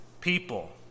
people